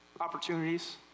opportunities